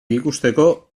ikusteko